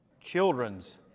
children's